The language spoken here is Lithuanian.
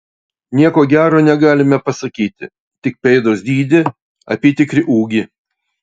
nieko gero negalime pasakyti tik pėdos dydį apytikrį ūgį